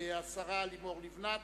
השרה לימור לבנת,